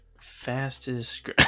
Fastest